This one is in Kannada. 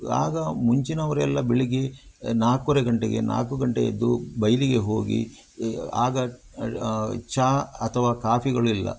ಆಗ ಮುಂಚಿನವರೆಲ್ಲ ಬೆಳಗ್ಗೆ ನಾಲ್ಕುವರೆ ಗಂಟೆಗೆ ನಾಲ್ಕು ಗಂಟೆ ಎದ್ದು ಬಯಲಿಗೆ ಹೋಗಿ ಆಗ ಚಹಾ ಅಥವಾ ಕಾಫಿಗಳಿಲ್ಲ